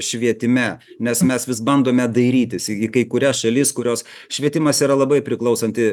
švietime nes mes vis bandome dairytis į kai kurias šalis kurios švietimas yra labai priklausanti